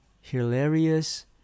hilarious